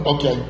Okay